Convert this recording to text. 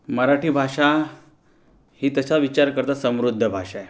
मराठी भाषा ही तसा विचार करता समृद्ध भाषा आहे